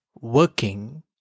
working